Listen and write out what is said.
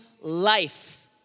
life